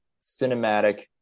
cinematic